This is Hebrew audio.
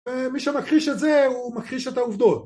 ומי שמכחיש את זה הוא מכחיש את העובדות